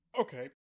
Okay